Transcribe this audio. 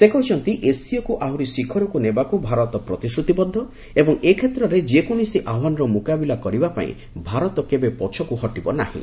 ସେ କହିଛନ୍ତି ଏସ୍ସିଓକୁ ଆହୁରି ଶୀଖରକୁ ନେବାକୁ ଭାରତ ପ୍ରତିଶ୍ରତିବଦ୍ଧ ଏବଂ ଏ କ୍ଷେତ୍ରରେ ଯେକୌଣସି ଆହ୍ୱାନର ମୁକାବିଲା କରିବା ପାଇଁ ଭାରତ କେବେ ପଛକୁ ହଟିବ ନାହିଁ